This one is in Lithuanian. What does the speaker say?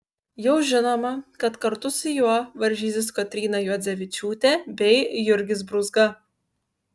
jau žinoma kad kartu su juo varžysis kotryna juodzevičiūtė bei jurgis brūzga